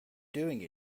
doing